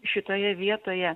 šitoje vietoje